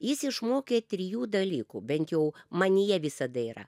jis išmokė trijų dalykų bent jau manyje visada yra